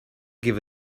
give